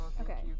Okay